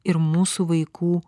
ir mūsų vaikų